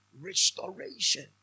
Restoration